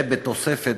ובתוספת,